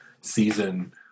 season